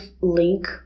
link